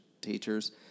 teachers